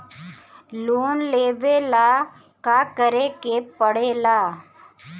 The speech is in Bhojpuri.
लोन लेबे ला का करे के पड़े ला?